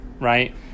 right